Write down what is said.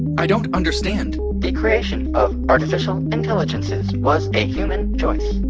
i don't understand the creation of artificial intelligences was a human choice.